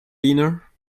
dinner